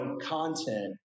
content